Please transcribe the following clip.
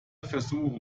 versuche